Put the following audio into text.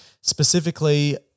specifically